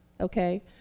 Okay